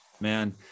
man